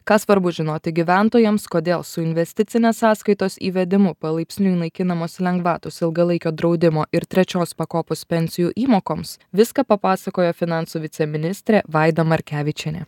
ką svarbu žinoti gyventojams kodėl su investicinės sąskaitos įvedimu palaipsniui naikinamos lengvatos ilgalaikio draudimo ir trečios pakopos pensijų įmokoms viską papasakojo finansų viceministrė vaida markevičienė